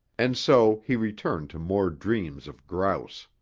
and so he returned to more dreams of grouse.